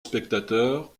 spectateur